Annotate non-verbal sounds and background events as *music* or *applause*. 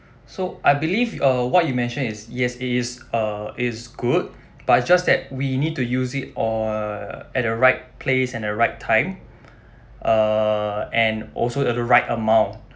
so I believe uh what you mention is yes it is uh it's good but it's just that we need to use it or uh at the right place and the right time *breath* uh and also at the right amount